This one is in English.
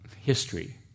history